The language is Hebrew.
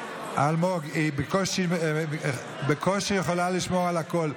אלמוג, היא בקושי יכולה לשמור על הקול.